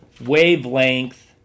wavelength